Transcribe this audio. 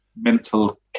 mental